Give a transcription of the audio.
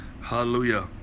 hallelujah